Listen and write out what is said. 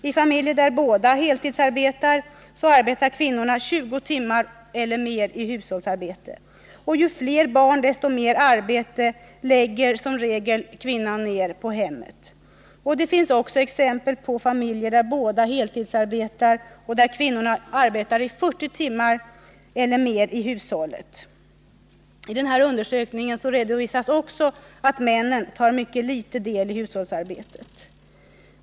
I familjer där båda heltidsarbetar arbetar kvinnorna 20 timmar eller mer i hushållet, och ju fler barn, desto mer arbete lägger som regel kvinnan ner på hemmet. Det finns också exempel på familjer där båda heltidsarbetar och där kvinnor arbetar 40 timmar eller mer i hushållet. I denna undersökning redovisas också att männen tar mycket liten del i hushållsarbetet.